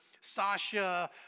Sasha